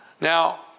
Now